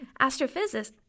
Astrophysicists